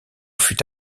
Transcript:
fut